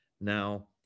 now